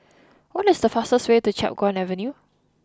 what is the fastest way to Chiap Guan Avenue